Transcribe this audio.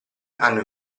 hanno